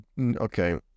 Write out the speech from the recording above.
okay